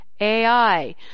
AI